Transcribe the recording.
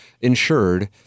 insured